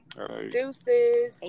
Deuces